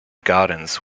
gardens